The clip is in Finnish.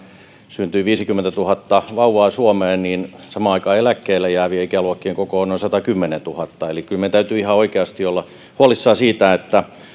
syntyi viisikymmentätuhatta vauvaa suomeen niin samaan aikaan eläkkeelle jäävien ikäluokkien koko on noin satakymmentätuhatta eli kyllä meidän täytyy ihan oikeasti olla huolissamme siitä että